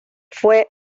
fué